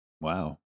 wow